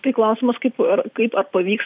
tai klausimas kaip ar kaip ar pavyks